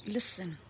Listen